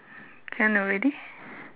can already